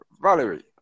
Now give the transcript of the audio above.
Valerie